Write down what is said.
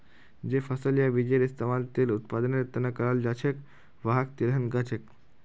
जे फसल या बीजेर इस्तमाल तेल उत्पादनेर त न कराल जा छेक वहाक तिलहन कह छेक